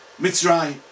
Mitzrayim